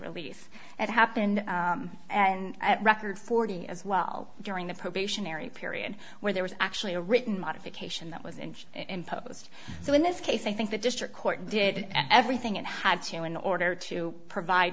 release that happened and record forty as well during the probationary period where there was actually a written modification that was in imposed so in this case i think the district court did everything it had to in order to provide